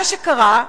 מה שקרה,